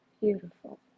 Beautiful